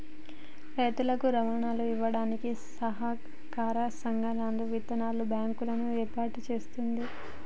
రైతులకు రుణాలు ఇవ్వడానికి సహకార సంఘాలు, విత్తన బ్యాంకు లను ఏర్పాటు చేస్తుంది